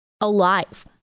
alive